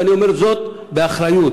ואני אומר זאת באחריות.